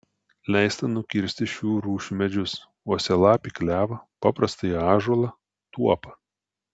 leista nukirsti šių rūšių medžius uosialapį klevą paprastąjį ąžuolą tuopą